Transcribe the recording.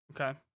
Okay